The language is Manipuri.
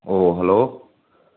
ꯑꯣ ꯍꯜꯂꯣ